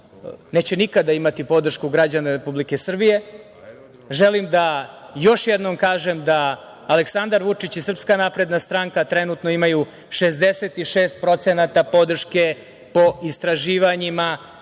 neće nikada imati podršku građana Republike Srbije. Želim da još jednom kažem da Aleksandar Vučić i SNS trenutno imaju 66% podrške po istraživanjima